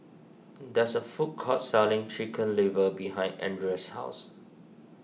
there is a food court selling Chicken Liver behind Andria's house